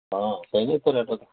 ହଁ ସେଇ ଗୋଟେ ରେଟ୍ ଅଛି